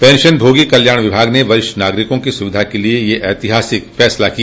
पेंशनभोगी कल्याण विभाग ने वरिष्ठ नागरिकों की स्विधा के लिए यह ऐतिहासिक फैसला किया